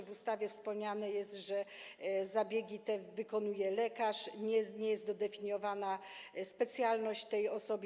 W ustawie wspomniano, że zabiegi te wykonuje lekarz, nie jest dodefiniowana specjalność tej osoby.